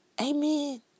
Amen